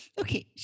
Okay